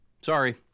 Sorry